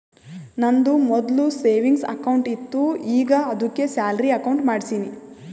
ನಂದು ಮೊದ್ಲು savings account ಇತ್ತು ಈಗ ಆದ್ದುಕೆ ಸ್ಯಾಲರಿ ಅಕೌಂಟ್ ಮಾಡ್ಸಿನಿ